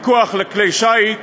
צו הפיקוח על כלי שיט,